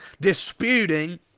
disputing